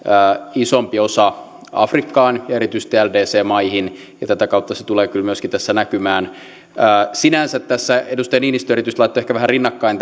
isompi osa afrikkaan ja erityisesti ldc maihin ja tätä kautta se tulee kyllä myöskin tässä näkymään sinänsä tässä edustaja niinistö erityisesti laittoi ehkä vähän rinnakkain